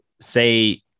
say